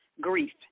grief